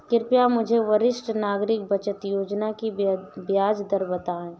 कृपया मुझे वरिष्ठ नागरिक बचत योजना की ब्याज दर बताएं?